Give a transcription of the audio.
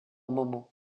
moment